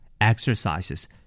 Exercises